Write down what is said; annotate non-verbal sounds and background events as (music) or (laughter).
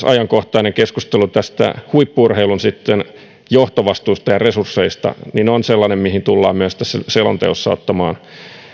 (unintelligible) ajankohtainen keskustelu huippu urheilun johtovastuusta ja resursseista on sellainen mihin tullaan myös tässä selonteossa ottamaan